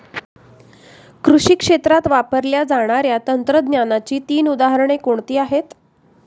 कृषी क्षेत्रात वापरल्या जाणाऱ्या तंत्रज्ञानाची तीन उदाहरणे कोणती आहेत?